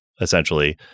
essentially